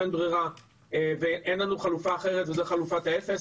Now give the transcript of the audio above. אין ברירה ואין לנו חלופה אחרת וזו חלופת האפס.